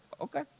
Okay